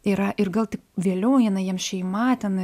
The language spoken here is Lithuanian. yra ir gal tik vėliau eina jiem šeima ten